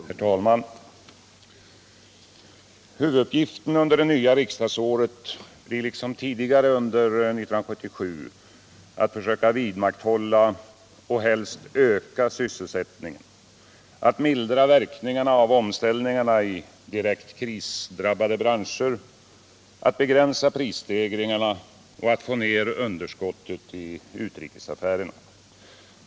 Herr talman! Huvuduppgiften under det nya riksdagsåret blir liksom tidigare under 1977 att försöka vidmakthålla och helst öka sysselsättningen, att mildra verkningarna av omställningarna i direkt krisdrabbade branscher, att begränsa prisstegringarna och att få ner underskottet i utrikesaffärerna.